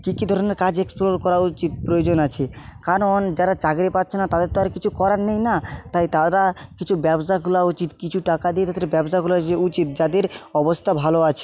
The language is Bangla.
কি কি ধরণের কাজ এক্সপ্লোর করা উচিত প্রয়োজন আছে কারণ যারা চাকরি পাচ্ছে না তাদের তো আর কিছু করার নেই না তাই তারা কিছু ব্যবসা খোলা উচিত কিছু টাকা দিয়ে তাদের ব্যবসা খোলা উচিত যাদের অবস্থা ভালো আছে